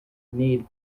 need